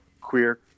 queer